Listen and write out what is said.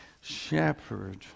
shepherd